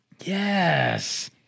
Yes